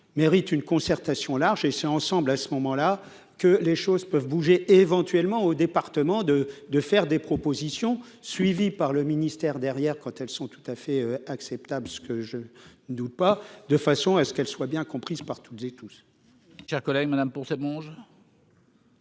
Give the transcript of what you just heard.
mérite une concertation large et c'est ensemble, à ce moment-là que les choses peuvent bouger éventuellement au département de de faire des propositions, suivi par le ministère derrière quand elles sont tout à fait acceptable, ce que je dis pas de façon à ce qu'elle soit bien comprise par toutes et tous.